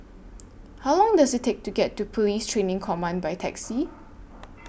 How Long Does IT Take to get to Police Training Command By Taxi